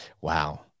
Wow